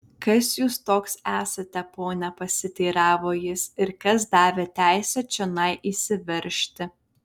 kas jūs toks esate pone pasiteiravo jis ir kas davė teisę čionai įsiveržti